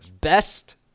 Best